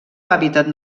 hàbitat